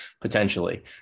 potentially